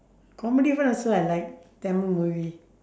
comedy one also I like tamil movie